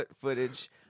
footage